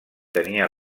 tenia